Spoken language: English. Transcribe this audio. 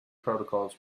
protocols